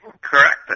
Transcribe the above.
Correct